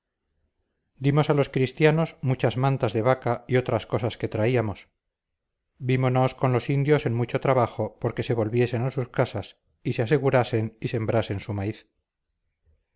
dimos a los cristianos muchas mantas de vaca y otras cosas que traíamos vímonos con los indios en mucho trabajo porque se volviesen a sus casas y se asegurasen y sembrasen su maíz